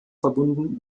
verbunden